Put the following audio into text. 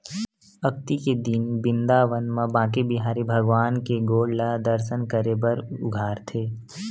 अक्ती के दिन बिंदाबन म बाके बिहारी भगवान के गोड़ ल दरसन करे बर उघारथे